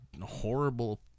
horrible